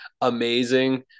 amazing